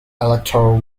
electoral